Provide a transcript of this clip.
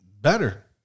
better